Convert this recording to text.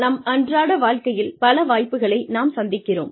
நம் அன்றாட வாழ்க்கையில் பல வாய்ப்புகளை நாம் சந்திக்கிறோம்